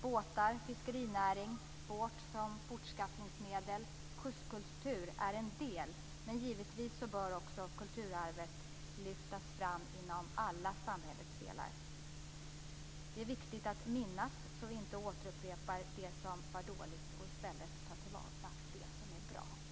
Båtar, fikserinäring, båt som fortskaffningsmedel och kustkultur är en del, men givetvis bör kulturarvet lyftas fram inom alla samhällets delar. Det är viktigt att minnas så att vi inte återupprepar det som var dåligt. Vi bör i stället ta till vara det som är bra.